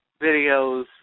videos